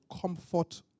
comfort